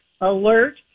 alert